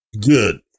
good